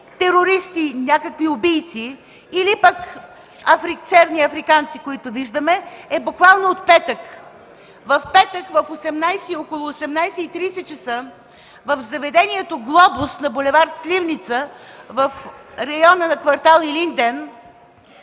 терористи, някакви убийци, или пък черни африканци, които виждаме, е буквално от петък. В петък около 18,30 ч. в заведението „Глобус” на бул. „Сливница” в района на кв. „Илинден”